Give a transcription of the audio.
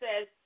says